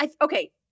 Okay